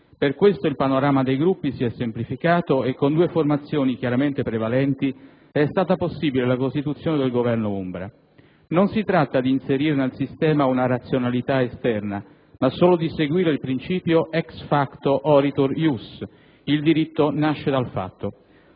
Per questo il panorama dei Gruppi si è semplificato e, con due formazioni chiaramente prevalenti, è stata possibile la costituzione del cosiddetto Governo ombra. Non si tratta di inserire nel sistema una razionalità esterna, ma solo di seguire il principio *ex facto oritur ius*, il diritto nasce dal fatto.